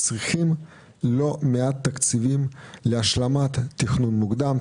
צריכים לא מעט תקציבים להשלמת תכנון מוקדם,